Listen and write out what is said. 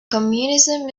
communism